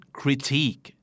critique